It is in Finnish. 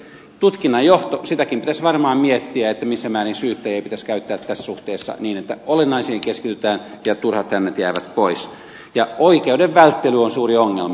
tutkinnan johtoonkin liittyen pitäisi varmaan miettiä missä määrin syyttäjiä pitäisi käyttää tässä suhteessa niin että olennaisiin keskitytään ja turhat hännät jäävät pois ja oikeuden välttely on suuri ongelma